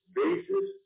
basis